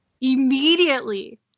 Immediately